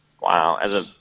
Wow